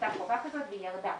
הייתה חובה כזאת והיא ירדה,